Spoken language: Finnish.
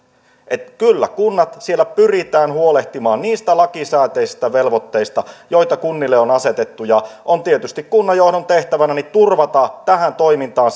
kyllä siellä kunnissa pyritään huolehtimaan niistä lakisääteisistä velvoitteista joita kunnille on asetettu on tietysti kunnanjohdon tehtävänä turvata tähän toimintaan